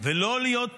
ולא להיות